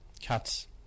cats